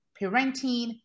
parenting